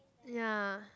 ya